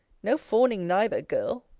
no fawning neither, girl!